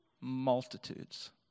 multitudes